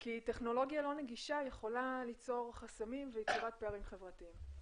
כי טכנולוגיה לא נגישה יכולה ליצור חסמים ויצירת פערים חברתיים.